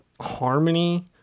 harmony